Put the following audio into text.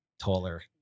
taller